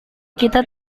kita